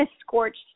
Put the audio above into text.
scorched